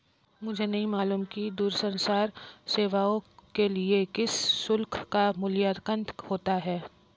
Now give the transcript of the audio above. मुझे नहीं मालूम कि दूरसंचार सेवाओं के लिए किस शुल्क का मूल्यांकन होता है?